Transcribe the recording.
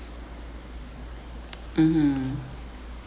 mmhmm